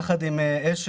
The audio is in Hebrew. יחד עם "אשל"